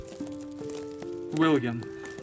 william